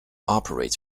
operates